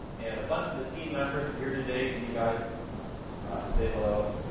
and a bunch of the team members are here today. can you guys say hello?